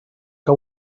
que